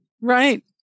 Right